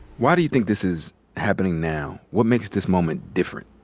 why do you think this is happening now? what makes this moment different?